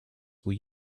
were